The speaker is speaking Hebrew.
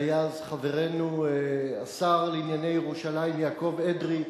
והיה אז חברנו השר לענייני ירושלים יעקב אדרי,